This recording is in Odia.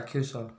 ଚାକ୍ଷୁଷ